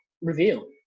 reveal